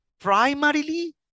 primarily